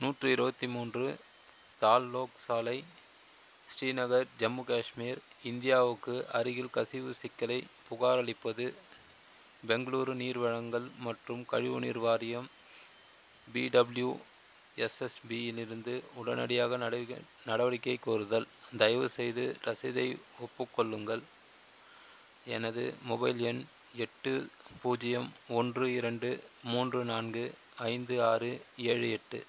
நூற்றி இருபத்தி மூன்று தால் லோக் சாலை ஸ்ரீநகர் ஜம்மு காஷ்மீர் இந்தியாவுக்கு அருகில் கசிவு சிக்கலைப் புகாரளிப்பது பெங்களூரு நீர் வழங்கல் மற்றும் கழிவுநீர் வாரியம் பிடபிள்யூஎஸ்எஸ்பியிலிருந்து உடனடியாக நடவடிக்கை நடவடிக்கையைக் கோருதல் தயவுசெய்து ரசீதை ஒப்புக்கொள்ளுங்கள் எனது மொபைல் எண் எட்டு பூஜ்ஜியம் ஒன்று இரண்டு மூன்று நான்கு ஐந்து ஆறு ஏழு எட்டு